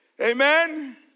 Amen